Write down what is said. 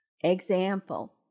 Example